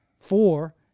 Four